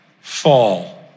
fall